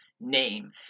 name